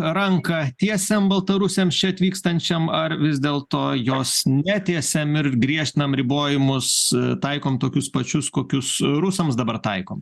ranką tiesiam baltarusiams čia atvykstančiam ar vis dėlto jos netiesiam ir griežtinam ribojimus taikom tokius pačius kokius rusams dabar taikom